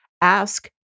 Ask